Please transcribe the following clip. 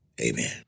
Amen